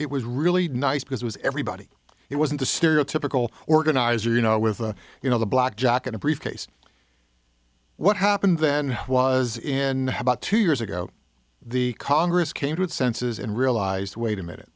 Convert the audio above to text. it was really nice because it was everybody it wasn't the stereotypical organizer you know with the you know the black jack in a briefcase what happened then was in about two years ago the congress came to its senses and realized wait a minute